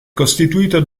costituito